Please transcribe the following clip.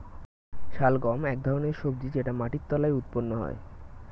শালগম এক ধরনের সবজি যেটা মাটির তলায় উৎপন্ন হয়